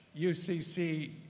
UCC